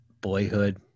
Boyhood